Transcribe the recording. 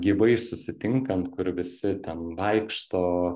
gyvai susitinkant kur visi ten vaikšto